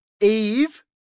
Eve